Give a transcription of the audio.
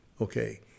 okay